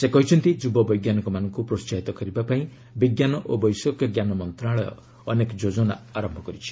ସେ କହିଛନ୍ତି ଯୁବ ବୈଜ୍ଞାନିକମାନଙ୍କୁ ପ୍ରୋହାହିତ କରିବା ପାଇଁ ବିଜ୍ଞାନ ଓ ବୈଷୟିକଜ୍ଞାନ ମନ୍ତ୍ରଣାଳୟ ଅନେକ ଯୋଜନା ଆରମ୍ଭ କରିଛି